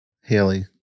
Haley